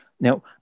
Now